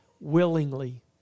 willingly